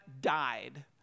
died